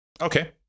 Okay